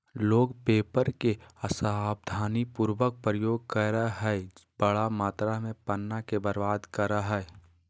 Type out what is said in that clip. लोग पेपर के असावधानी पूर्वक प्रयोग करअ हई, बड़ा मात्रा में पन्ना के बर्बाद करअ हई